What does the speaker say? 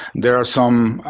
there are some